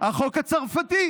החוק הצרפתי: